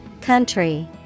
Country